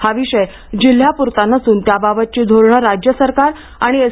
हा विषय जिल्ह्यापूरता नसून त्याबाबतची धोरणं राज्यसरकार आणि एस